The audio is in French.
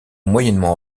moyennement